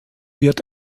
wird